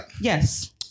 Yes